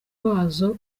wazo